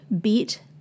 beat